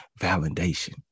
validation